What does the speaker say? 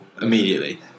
immediately